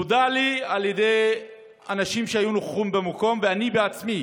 נודע לי מאנשים שהיו נוכחים במקום, וגם אני עצמי